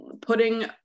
putting